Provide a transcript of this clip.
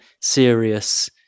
serious